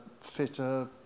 fitter